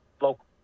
local